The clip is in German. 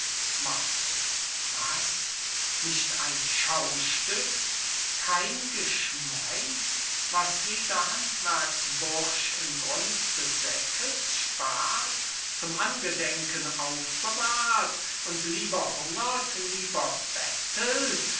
leer was nicht ein schaustück kein geschmeid was jeder handwerksbursch im grund des säckels spart zum angedenken aufbewahrt und lieber hungert lieber bettelt